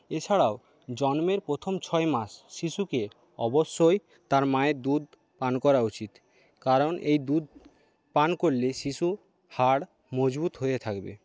এছাড়াও জন্মের প্রথম ছয় মাস শিশুকে অবশ্যই তার মায়ের দুধ পান করা উচিত কারণ এই দুধ পান করলে শিশুর হাড় মজবুত হয়ে থাকবে